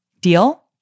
deal